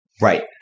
Right